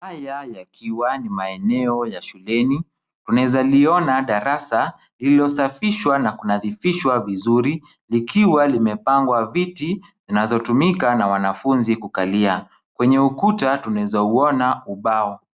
Haya yakiwa ni maeneo ya shuleni, tunaezaliona darasa lililosafishwa na kunadhifishwa vizuri, likiwa limepangwa viti zinazotumika na wanafunzi kukalia. Kwenye ukuta tunaezauona ubao.